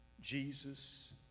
Jesus